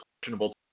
questionable